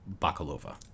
Bakalova